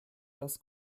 dass